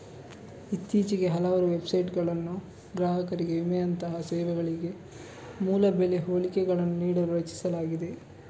ಇತ್ತೀಚೆಗೆ ಹಲವಾರು ವೆಬ್ಸೈಟುಗಳನ್ನು ಗ್ರಾಹಕರಿಗೆ ವಿಮೆಯಂತಹ ಸೇವೆಗಳಿಗೆ ಮೂಲ ಬೆಲೆ ಹೋಲಿಕೆಗಳನ್ನು ನೀಡಲು ರಚಿಸಲಾಗಿದೆ